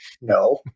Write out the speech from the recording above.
No